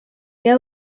get